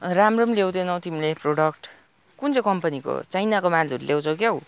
राम्रो पनि ल्याउँदैनौ तिमीले प्रडक्ट कुन चाहिँ कम्पनीको हो चाइनाको मालहरू ल्याउँछौ क्याउ